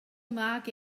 mark